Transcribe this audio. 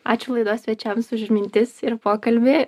ačiū laidos svečiams už mintis ir pokalbį